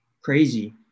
crazy